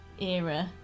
era